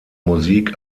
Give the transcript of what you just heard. musik